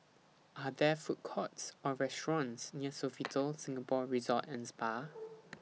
Are There Food Courts Or restaurants near Sofitel Singapore Resort and Spa